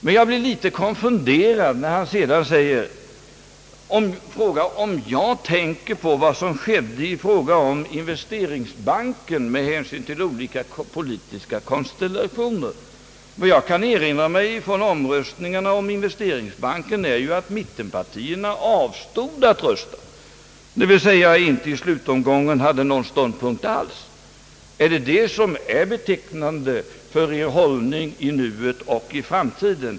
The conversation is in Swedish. Men jag blev litet konfunderad när han sedan frågade, om jag tänker på vad som skedde i fråga om investeringsbanken med hänsyn till olika politiska konstellationer. Jag kan erinra mig från omröstningarna om investeringsbanken att mittenpartierna avstod från att rösta, d.v.s. att de i slutomgången inte hade någon ståndpunkt alls. Är det det som är betecknande för er hållning i nuet och i framtiden?